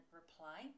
reply